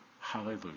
Hallelujah